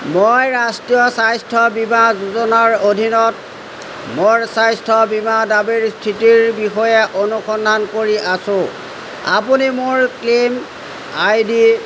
মই ৰাষ্ট্ৰীয় স্বাস্থ্য বীমা যোজনাৰ অধীনত মোৰ স্বাস্থ্য বীমা দাবীৰ স্থিতিৰ বিষয়ে অনুসন্ধান কৰি আছোঁ আপুনি মোৰ ক্লেইম আই ডি